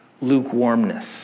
lukewarmness